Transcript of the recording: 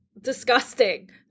disgusting